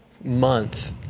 month